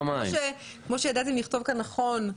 כמו שידעתם לכתוב כאן נכון,